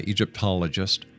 Egyptologist